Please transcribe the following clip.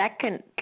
second